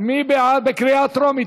36 בעד, אין